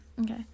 okay